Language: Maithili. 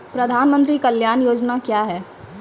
प्रधानमंत्री कल्याण योजना क्या हैं?